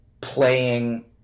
playing